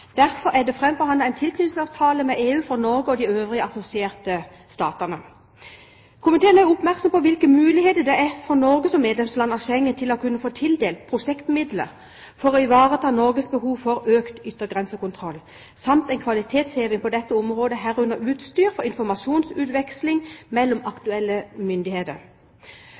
Derfor er det framforhandlet en tilknytningsavtale med EU for Norge og de øvrige assosierte statene. Komiteen er oppmerksom på hvilke muligheter Norge som medlemsland i Schengen har til å kunne få tildelt prosjektmidler for å ivareta Norges behov for økt yttergrensekontroll samt en kvalitetsheving på dette området, herunder utstyr og informasjonsutveksling mellom aktuelle myndigheter.